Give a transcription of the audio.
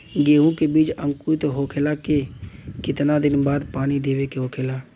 गेहूँ के बिज अंकुरित होखेला के कितना दिन बाद पानी देवे के होखेला?